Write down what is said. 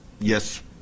yes